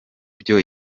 byo